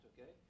okay